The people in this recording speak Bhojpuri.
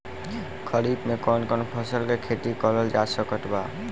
खरीफ मे कौन कौन फसल के खेती करल जा सकत बा?